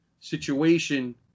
situation